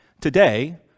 Today